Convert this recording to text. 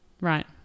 Right